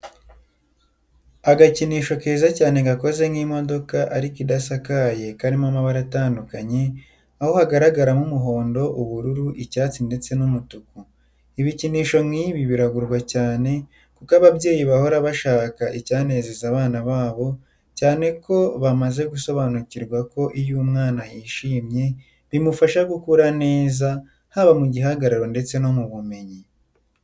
Agakinisho keza cyane gakoze nk'imodoka ariko idasakaye karimo amabara atandukanye, aho hagaragaramo umuhondo, ubururu, icyatsi ndetse n'umutuku. Ibikinisho nk'ibi biragurwa cyane kuko ababyeyi bahora bashaka icyanezeza abana babo cyane ko bamaze gusobanukirwa ko iyo umwana yishimwe bimufasha gukura vuba, haba mu gihagararo ndetse no mu bumenyi.